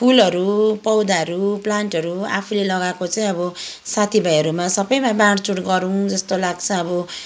फुलहरू पौधाहरू प्लान्टहरू आफूले लगाएको चाहिँ अब साथी भाइहरूमा सबैमा बाँडचुँड गरौँ जस्तो लाग्छ अब